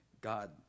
God